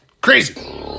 Crazy